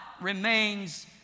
remains